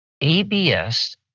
abs